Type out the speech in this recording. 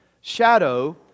shadow